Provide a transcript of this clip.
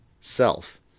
self